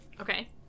Okay